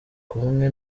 kumwe